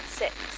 six